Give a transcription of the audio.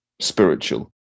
spiritual